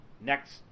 next